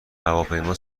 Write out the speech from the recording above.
هواپیما